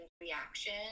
reaction